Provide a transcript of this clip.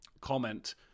comment